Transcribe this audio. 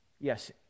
Yes